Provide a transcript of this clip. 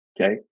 okay